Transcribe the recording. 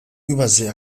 übersee